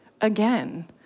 again